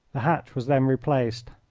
the hatch was then replaced.